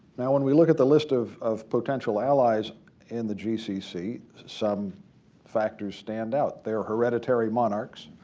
now, when we look at the list of of potential allies in the gcc, some factors stand out. they're hereditary monarchs.